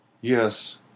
Yes